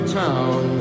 town